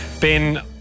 Ben